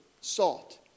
salt